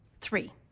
Three